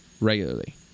regularly